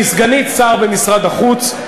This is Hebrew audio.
לסגנית שר במשרד החוץ,